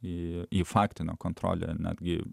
į faktinę kontrolę netgi